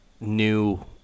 new –